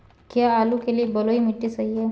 क्या आलू के लिए बलुई मिट्टी सही है?